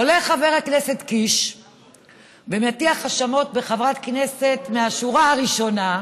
עולה חבר הכנסת קיש ומטיח האשמות בחברת כנסת מהשורה הראשונה,